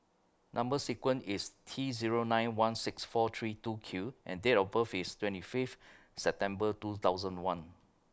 Number sequence IS T Zero nine one six four three two Q and Date of birth IS twenty Fifth September two thousand and one